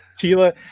Tila